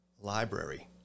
library